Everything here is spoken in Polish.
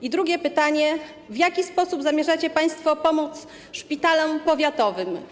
I drugie pytanie: W jaki sposób zamierzacie państwo pomóc szpitalom powiatowym?